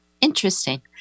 Interesting